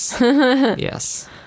Yes